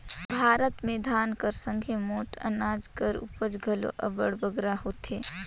भारत में धान कर संघे मोट अनाज कर उपज घलो अब्बड़ बगरा होथे